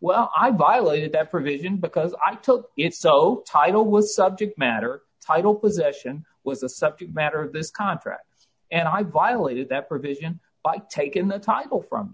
well i violated that provision because i took it so title was subject matter title possession was the subject matter of this contract and i violated that provision by takin the title from